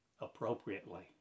appropriately